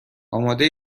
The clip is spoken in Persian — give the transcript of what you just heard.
آماده